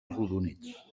arrodonits